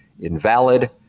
invalid